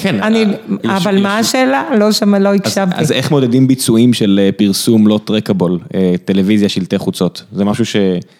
אבל מה השאלה? לא, שם לא הקשבתי. -אז איך מודדים ביצועים של פרסום לא trackable, טלוויזיה, שלטי חוצות? זה משהו ש...